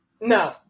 No